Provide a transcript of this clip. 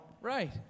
Right